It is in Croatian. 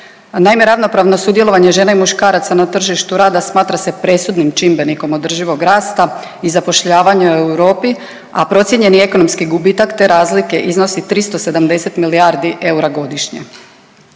Naime, ravnopravno sudjelovanje žena i muškaraca na tržištu rada smatra se presudnim čimbenikom održivog rasta i zapošljavanja u Europi, a procijenjeni ekonomski gubitak te razlike iznosi 370 milijardi eura godišnje.